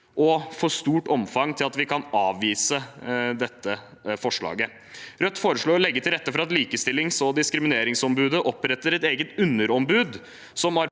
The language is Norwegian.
og for stort omfang til at vi kan avvise dette forslaget. Rødt foreslår å legge til rette for at Likestillings- og diskrimineringsombudet oppretter et eget underombud som arbeider